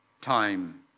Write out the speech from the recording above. time